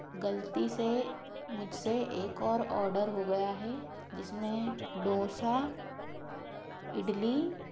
गलती से मुझसे एक और ऑडर हो गया है जिसमें ढोसा इडली